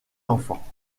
enfants